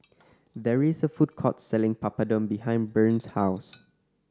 there is a food court selling Papadum behind Bryn's house